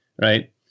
Right